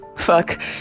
fuck